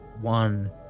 one